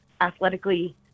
athletically